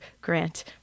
Grant